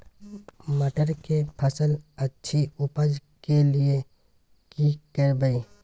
मटर के फसल अछि उपज के लिये की करबै?